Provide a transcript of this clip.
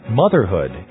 motherhood